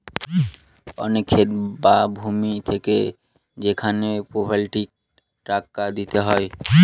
অনেক ক্ষেত বা ভূমি থাকে সেখানে প্রপার্টি ট্যাক্স দিতে হয়